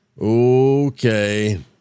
Okay